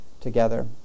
together